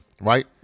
right